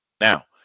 Now